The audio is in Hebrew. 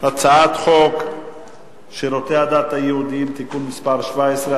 אנחנו עוברים להצבעה על הצעת חוק שירותי הדת היהודיים (תיקון מס' 17),